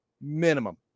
Minimum